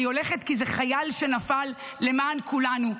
אני הולכת כי זה חייל שנפל למען כולנו,